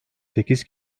sekiz